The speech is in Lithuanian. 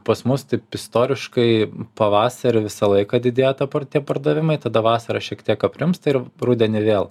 pas mus taip istoriškai pavasarį visą laiką didėja tie tie pardavimai tada vasarą šiek tiek aprimsta ir rudenį vėl